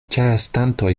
ĉeestantoj